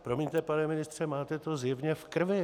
Promiňte, pane ministře, máte to zjevně v krvi.